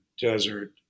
desert